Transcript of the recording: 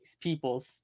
Peoples